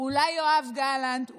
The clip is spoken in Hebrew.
אולי יואב גלנט,